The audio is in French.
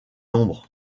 nombres